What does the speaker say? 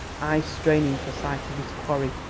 eyes straining for sight of his quarry,